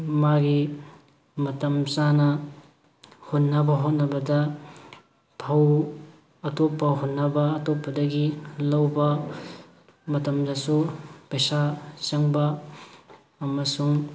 ꯃꯥꯒꯤ ꯃꯇꯝ ꯆꯥꯅ ꯍꯨꯟꯅꯕ ꯍꯣꯠꯅꯕꯗ ꯐꯧ ꯑꯇꯣꯞꯄ ꯍꯨꯟꯅꯕ ꯑꯇꯣꯞꯄꯗꯒꯤ ꯂꯧꯕ ꯃꯇꯝꯗꯁꯨ ꯄꯩꯁꯥ ꯆꯪꯕ ꯑꯃꯁꯨꯡ